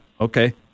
Okay